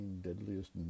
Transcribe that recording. Deadliest